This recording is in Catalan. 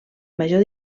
major